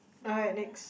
alright next